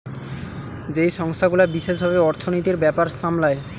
যেই সংস্থা গুলা বিশেষ ভাবে অর্থনীতির ব্যাপার সামলায়